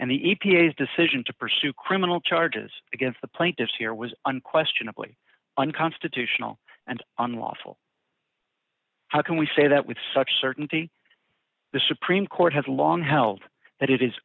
and the e p a s decision to pursue criminal charges against the plaintiffs here was unquestionably unconstitutional and unlawful how can we say that with such certainty the supreme court has long held that it is